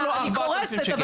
אבל אני קורסת.